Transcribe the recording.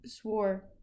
swore